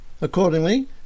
Accordingly